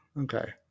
Okay